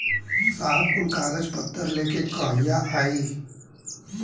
साहब कुल कागज पतर लेके कहिया आई?